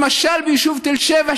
למשל ביישוב תל שבע,